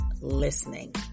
listening